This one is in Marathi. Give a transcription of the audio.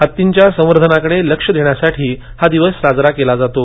हत्तींच्या संवर्धनाकडे लक्ष वेधण्यासाठी हा दिवस साजरा केला जातो